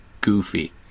goofy